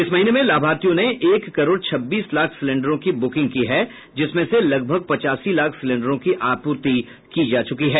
इस महीने में लाभार्थियों ने एक करोड़ छब्बीस लाख सिलेंडरों की ब्रुकिंग की है जिसमें से लगभग पचासी लाख सिलेंडरों की आपूर्ति की जा चुकी है